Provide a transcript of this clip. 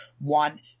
want –